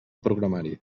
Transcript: programari